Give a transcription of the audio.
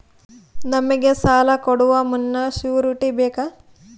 ನಮಗೆ ಸಾಲ ಕೊಡುವ ಮುನ್ನ ಶ್ಯೂರುಟಿ ಬೇಕಾ?